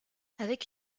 avec